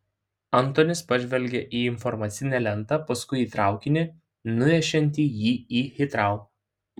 antonis pažvelgė į informacinę lentą paskui į traukinį nuvešiantį jį į hitrou